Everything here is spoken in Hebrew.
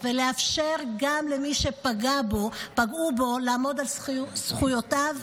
ולאפשר גם למי שפגעו בו לעמוד על זכויותיו,